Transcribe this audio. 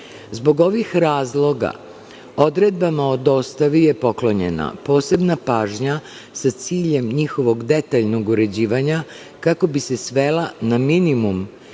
ovih razloga odredbama o dostavi je poklonjena posebna pažnja sa ciljem njihovog detaljnog uređivanja, kako bi se svela na minimum